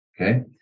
okay